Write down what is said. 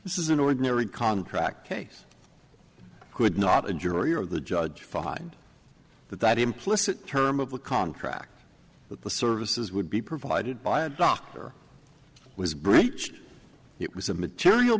this is an ordinary contract case could not a jury or the judge find that that implicit term of a contract with the services would be provided by a doctor was breached it was a material